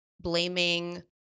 blaming